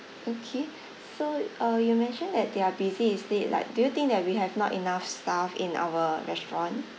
okay so uh you mentioned that they are busy is it like do you think that we have not enough staff in our restaurant